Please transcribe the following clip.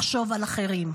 לחשוב על אחרים.